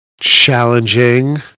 challenging